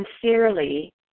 sincerely